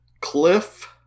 cliff